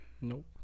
Nope